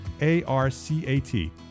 A-R-C-A-T